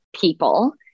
people